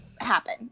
happen